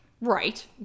Right